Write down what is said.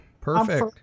Perfect